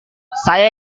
saya